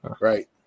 Right